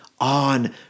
on